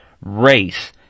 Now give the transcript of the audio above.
race